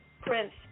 Prince